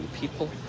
people